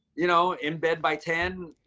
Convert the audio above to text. you know, in bed by ten,